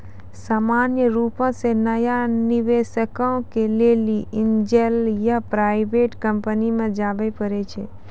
सामान्य रुपो से नया निबेशको के लेली एंजल या प्राइवेट कंपनी मे जाबे परै छै